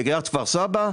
בעיריית כפר סבא,